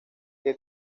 que